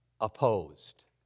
opposed